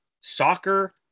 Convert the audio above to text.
soccer